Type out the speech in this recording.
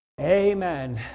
Amen